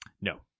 No